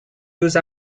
use